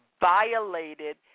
violated